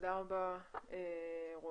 תודה רבה רועי.